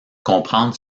comprendre